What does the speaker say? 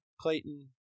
Clayton